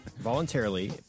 voluntarily